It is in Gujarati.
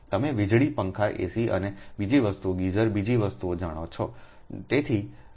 તમે વીજળી પંખા એસી અને બીજી વસ્તુ ગીઝર બીજી વસ્તુઓ જાણો છો